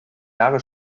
jahre